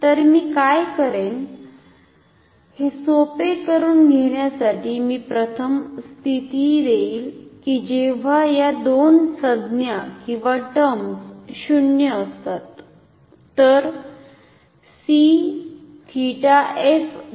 तर मी काय करेन हे सोपे करुन घेण्यासाठी मी प्रथम स्थिती देइल की जेव्हा या दोन संज्ञाटर्म 0 असतात